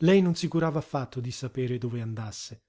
lei non si curava affatto di sapere dove andasse